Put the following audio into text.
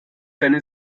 deine